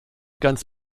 ganz